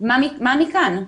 מה מכאן?